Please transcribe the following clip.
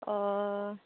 অঁ